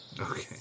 Okay